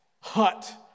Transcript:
hut